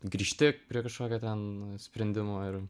grįžti prie kažkokio ten sprendimo ir